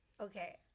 Okay